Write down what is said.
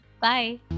bye